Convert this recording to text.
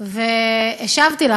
והשבתי לך.